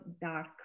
dark